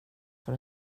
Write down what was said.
för